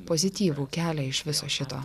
pozityvų kelią iš viso šito